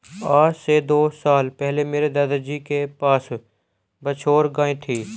आज से दो साल पहले मेरे दादाजी के पास बछौर गाय थी